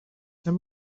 there